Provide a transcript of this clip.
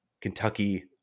Kentucky